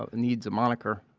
ah needs a moniker